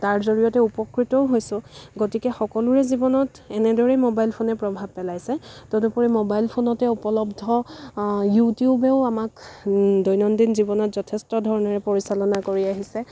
তাৰ জৰিয়তে উপকৃতও হৈছোঁ গতিকে সকলোৰে জীৱনত এনেদৰেই মোবাইল ফোনে প্ৰভাৱ পেলাইছে তদুপৰি মোবাইল ফোনতে উপলব্ধ ইউটিউবেও আমাক দৈনন্দিন জীৱনত যথেষ্ট ধৰণেৰে পৰিচালনা কৰি আহিছে